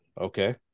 okay